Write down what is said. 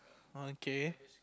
okay